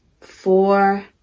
four